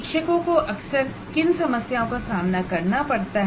शिक्षकों को अक्सर किन समस्याओं का सामना करना पड़ता है